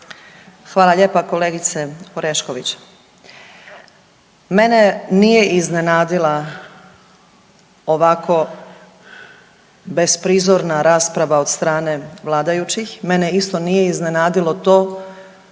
Hvala lijepa kolegice Orešković. Mene nije iznenadila ovako besprizorna rasprava od strane vladajućih. Mene isto nije iznenadilo to